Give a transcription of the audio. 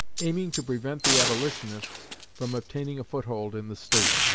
aiming to prevent the abolitionists from obtaining a foothold in the state.